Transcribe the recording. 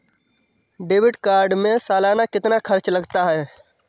Debit card में सालाना कितना खर्च लगता है?